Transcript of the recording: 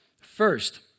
First